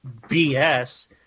BS